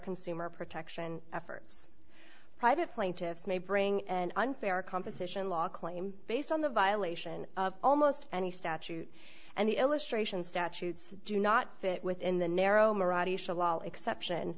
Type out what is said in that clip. consumer protection efforts private plaintiffs may bring an unfair competition law claim based on the violation of almost any statute and the illustration statutes do not fit within the narrow exception